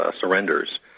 surrenders